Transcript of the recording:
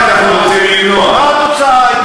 התוצאה הייתה?